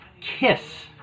Kiss